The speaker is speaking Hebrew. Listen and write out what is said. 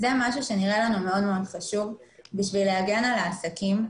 זה משהו שנראה לנו מאוד מאוד חשוב כדי להגן על העסקים.